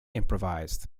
improvised